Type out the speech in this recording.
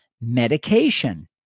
medication